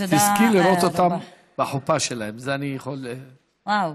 תזכי לראות אותם בחופה שלהם, זה אני יכול, וואו.